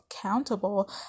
accountable